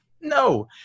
no